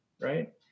right